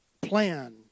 plan